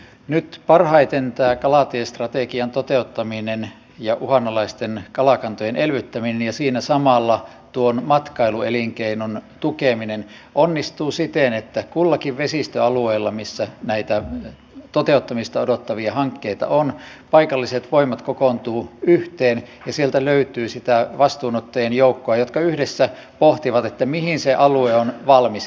nyt parhaiten tämä kalatiestrategian toteuttaminen ja uhanalaisten kalakantojen elvyttäminen ja siinä samalla matkailuelinkeinon tukeminen onnistuu siten että kullakin vesistöalueella missä näitä toteuttamista odottavia hankkeita on paikalliset voimat kokoontuvat yhteen ja sieltä löytyy sitä vastuunottajien joukkoa joka yhdessä pohtii mihin se alue on valmis